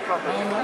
הוא אמר?